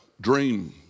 dream